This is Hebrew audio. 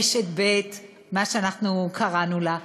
רשת ב', מה שאנחנו קראנו לה,